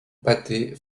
pathé